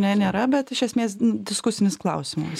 ne nėra bet iš esmės diskusinis klausimas